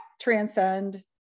transcend